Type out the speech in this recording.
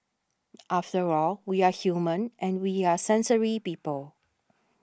after all we are human and we are sensory people